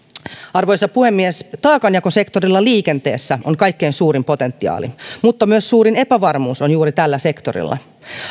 arvoisa puhemies taakanjakosektorilla liikenteessä on kaikkein suurin potentiaali mutta myös suurin epävarmuus on juuri tällä sektorilla